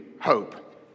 hope